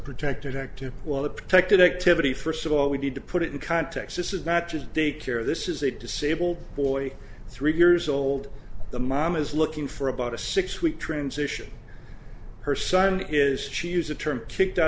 protected active while it protected activity for of all we need to put it in context this is not just daycare this is a disabled boy three years old the mom is looking for about a six week transition her son is choose a term kicked out